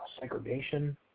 segregation